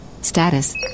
Status